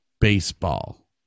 baseball